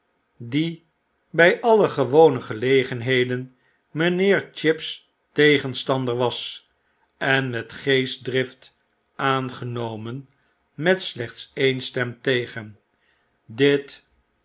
die by alle gewone gelegenheden mynheer chib's tegenstander was en met geestdrift aangenomen met slechts een stem tegen dit